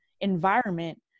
environment